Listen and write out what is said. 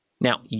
Now